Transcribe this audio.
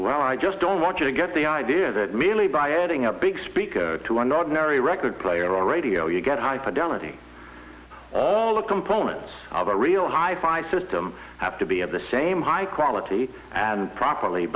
well i just don't want you to get the idea that merely by adding a big speaker to an ordinary record player or radio you get high fidelity all the components of a real hi fi system have to be of the same high quality and properly